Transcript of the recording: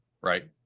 Right